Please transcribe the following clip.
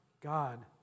God